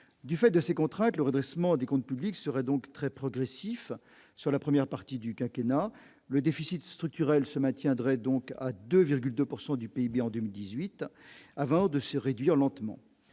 du fait de ces contraintes, le redressement des comptes publics serait donc très progressif sur la première partie du quinquennat le déficit structurel se maintiendrait donc à 2,2 pourcent du du PIB en 2018 avant de se réduire lentement